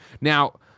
Now